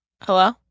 Hello